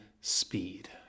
speed